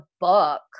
book